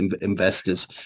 investors